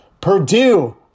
Purdue